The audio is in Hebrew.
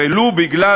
ולו בגלל,